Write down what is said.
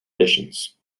editions